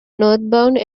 northbound